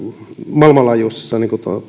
maailmanlaajuisessa